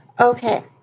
Okay